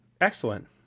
Excellent